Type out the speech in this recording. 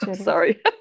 sorry